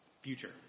Future